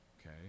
Okay